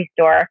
store